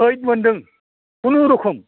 eight मोनदों खुनुरुखुम